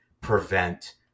prevent